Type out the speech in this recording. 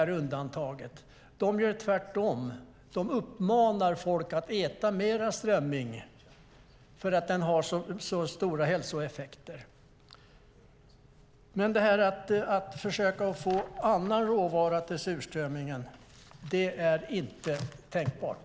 Där uppmanar man tvärtom folk att äta mer strömming eftersom den ger så goda hälsoeffekter. Men att försöka få annan råvara till surströmmingen är som sagt inte tänkbart.